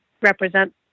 represent